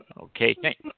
Okay